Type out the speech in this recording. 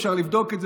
אפשר לבדוק את זה.